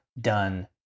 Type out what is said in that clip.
done